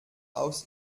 aus